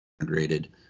integrated